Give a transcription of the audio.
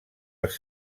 els